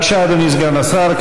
בבקשה, אדוני סגן השר.